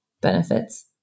benefits